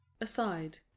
aside